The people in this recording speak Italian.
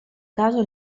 caso